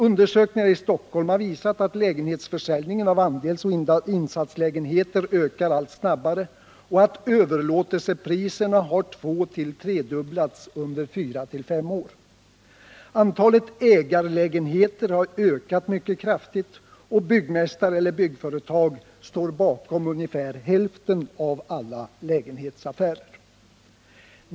Undersökningar i Stockhom har visat att lägenhetsförsäljningen av andelsoch insatslägenheter ökar allt snabbare och att överlåtelsepriserna under 4-5 år har tvåtill tredubblats. Antalet ”ägarlägenheter” har ökat mycket kraftigt, och byggmästare eller byggföretag står bakom ungefär hälften av alla lägenhetsaffärer.